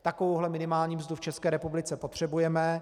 Takovou minimální mzdu v České republice potřebujeme.